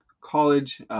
college